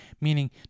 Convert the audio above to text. meaning